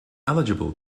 eligible